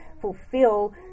fulfill